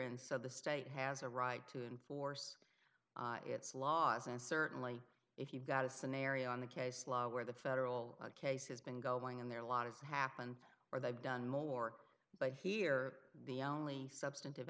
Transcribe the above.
and so the state has a right to enforce its laws and certainly if you've got a scenario on the case law where the federal case has been going on there lot has happened or they've done more but here the only substantive